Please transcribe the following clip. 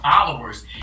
followers